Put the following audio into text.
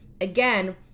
again